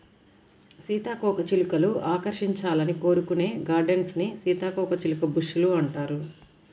సీతాకోకచిలుకలు ఆకర్షించాలని కోరుకునే గార్డెన్స్ ని సీతాకోకచిలుక బుష్ లు అంటారు